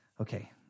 Okay